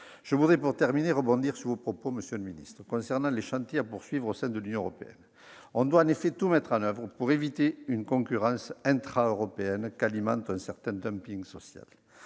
je voudrais rebondir sur vos propos concernant les chantiers à poursuivre au sein de l'Union européenne. On doit en effet tout mettre en oeuvre pour éviter une concurrence intra-européenne qu'alimente un certain social.